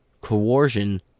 coercion